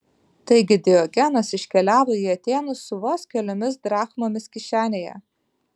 taigi diogenas iškeliavo į atėnus su vos keliomis drachmomis kišenėje